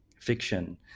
fiction